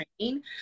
training